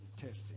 Testing